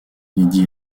lady